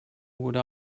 would